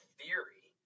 theory